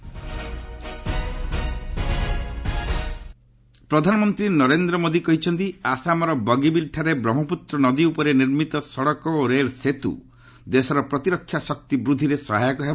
PM Bogibeel bridge ପ୍ରଧାନମନ୍ତ୍ରୀ ନରେନ୍ଦ୍ର ମୋଦି କହିଛନ୍ତି ଆସାମର ବଗିବିଲ୍ଠାରେ ବ୍ରହ୍ମପ୍ରତ୍ର ନଦୀ ଉପରେ ନିର୍ମିତ ସଡ଼କ ଓ ରେଳ ସେତ୍ର ଦେଶର ପ୍ରତିରକ୍ଷା ଶକ୍ତି ବୃଦ୍ଧିରେ ସହାୟକ ହେବ